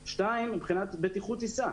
ושנית, מבחינת בטיחות טיסה